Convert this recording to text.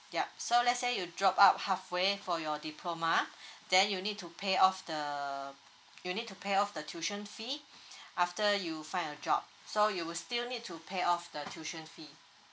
yup so let's say you drop out halfway for your diploma then you'll need to pay off the you'll need to pay off the tuition fee after you find a job so you will still need to pay off the tuition fee